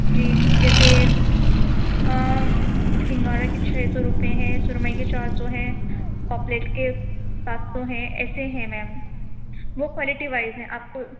جی جیسے سنگھاڑا کے چھ سو روپئے ہیں سرمئی کے چار سو ہیں پاپلیٹ کے سات سو ہیں ایسے ہیں میم وہ کوالٹی وائز ہیں آپ کو